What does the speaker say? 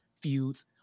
feuds